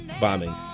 bombing